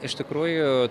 iš tikrųjų